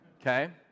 okay